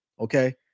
okay